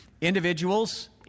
individuals